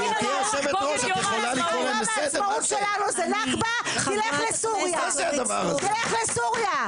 זה נכבה תלך לסוריה.